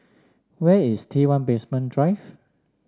where is T one Basement Drive